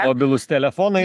mobilūs telefonai